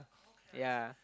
yeah